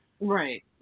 right